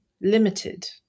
limited